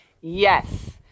Yes